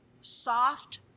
Soft